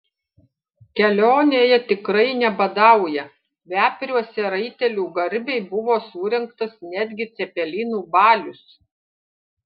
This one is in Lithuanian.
kelionėje tikrai nebadauja vepriuose raitelių garbei buvo surengtas netgi cepelinų balius